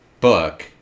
book